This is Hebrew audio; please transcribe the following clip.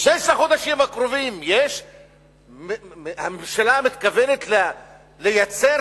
בששת החודשים הקרובים הממשלה מתכוונת לייצר